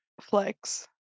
flex